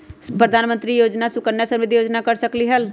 प्रधानमंत्री योजना सुकन्या समृद्धि योजना कर सकलीहल?